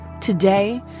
Today